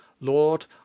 lord